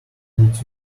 tuned